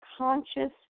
Conscious